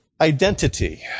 Identity